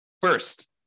First